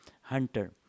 Hunter